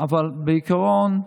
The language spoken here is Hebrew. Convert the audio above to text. אבל בעיקרון,